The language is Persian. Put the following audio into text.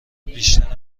بیشتر